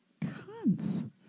Cunts